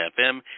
FM